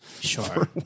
Sure